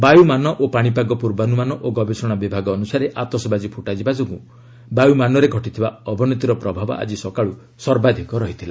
ବାୟୁ ମାନ ଓ ପାଣିପାଗ ପୂର୍ବାନୁମାନ ଓ ଗବେଷଣା ବିଭାଗ ଅନୁସାରେ ଆତସବାଜୀ ଫୁଟାଯିବା ଯୋଗୁଁ ବାୟୁମାନରେ ଘଟିଥିବା ଅବନତିର ପ୍ରଭାବ ଆଜି ସକାଳ୍ ସର୍ବାଧିକ ଥିଲା